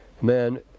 man